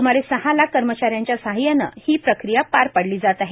सुमारे सहा लाख कर्मचाऱ्यांच्या सहाय्यानं ही प्रक्रिया पार पाडली जात आहे